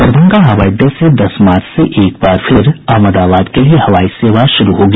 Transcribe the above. दरभंगा हवाई अड्डे से दस मार्च से एक बार फिर अहमदाबाद के लिए हवाई सेवा शुरू होगी